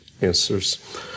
answers